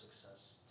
success